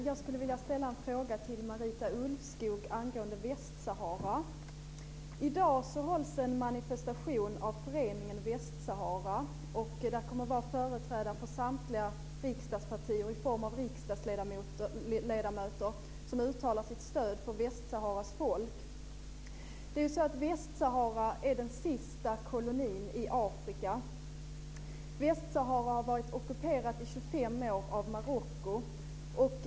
Herr talman! I dag hålls en manifestation av Föreningen Västsahara. Där kommer att finnas företrädare för samtliga riksdagspartier i form av riksdagsledamöter som uttalar sitt stöd för Västsaharas folk. Västsahara är ju den sista kolonin i Afrika, och Västsahara har varit ockuperat i 25 år av Marocko.